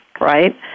right